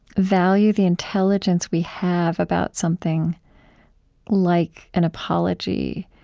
value the intelligence we have about something like an apology,